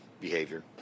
behavior